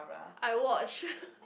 I watched